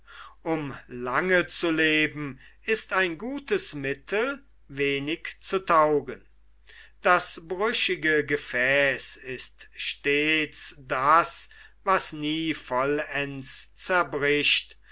um lange zu leben ist ein gutes mittel wenig zu taugen das brüchige gefäß ist stets das was nie vollends zerbricht